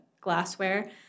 glassware